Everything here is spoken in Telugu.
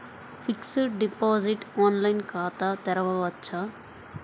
ఫిక్సడ్ డిపాజిట్ ఆన్లైన్ ఖాతా తెరువవచ్చా?